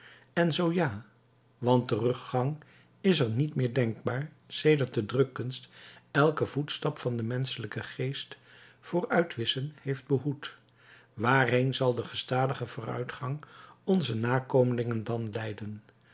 en zoo ja want teruggang is niet meer denkbaar sedert de drukkunst elken voetstap van den menschelijken geest voor uitwisschen heeft behoed waarheen zal die gestadige vooruitgang onze nakomelingen dan leiden